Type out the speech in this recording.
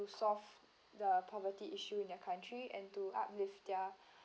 solve the poverty issue in their country and to uplift their